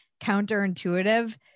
counterintuitive